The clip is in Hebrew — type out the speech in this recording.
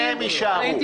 אבל חלק מהם יישארו.